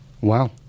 Wow